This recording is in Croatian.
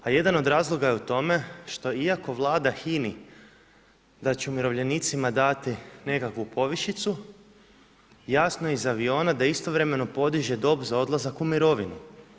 A jedan od razloga je u tome što iako Vlada hini da će umirovljenicima dati nekakvu povišicu, jasno je iz aviona da istovremeno podiže dob za odlazak u mirovinu.